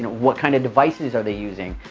what kind of devices are they using?